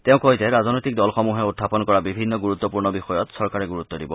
তেওঁ কয় যে ৰাজনৈতিক দলসমূহে উখাপন কৰা বিভিন্ন গুৰুত্পূৰ্ণ বিষয়ত চৰকাৰে গুৰুত্ দিব